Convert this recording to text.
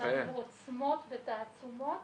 אבל עם עוצמות ותעצומות